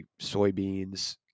soybeans